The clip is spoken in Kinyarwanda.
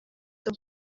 tom